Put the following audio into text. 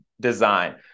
design